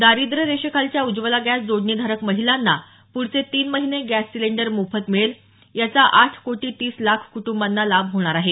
दारिद्र्य रेषेखालच्या उज्ज्वला गॅस जोडणीधारक महिलांना प्रढचे तीन महिने गॅस सिलिंडर मोफत मिळेल याचा आठ कोटी तीस लाख कुटुंबांना लाभ होणार आहे